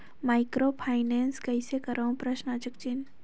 Microfinance कइसे करव?